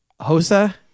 Hosa